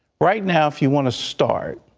right now if you want to start.